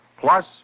Plus